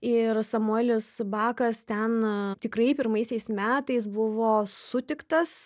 ir samuelis bakas ten tikrai pirmaisiais metais buvo sutiktas